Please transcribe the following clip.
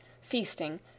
feasting